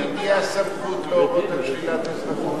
על-פי החוק, למי הסמכות להורות על שלילת אזרחות?